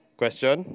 question